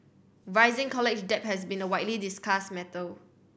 rising college debt has been a widely discussed matter